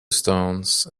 stones